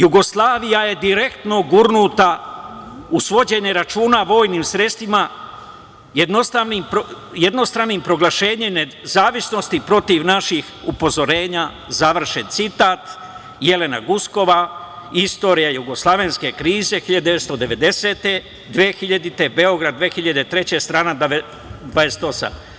Jugoslavija je direktno gurnuta u svođenje računa vojnim sredstvima jednostranim proglašenjem nezavisnosti protiv naših upozorenja, završen citat, Jelena Guskova „Istorija jugoslovenske krize 1990-2000. godine“, Beograd 2003. godine, strana 28.